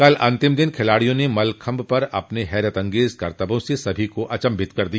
कल अंतिम दिन खिलाड़ियों ने मल्लखम्ब पर अपने हैरतअंगेज करतबों से सभी को अचंभित कर दिया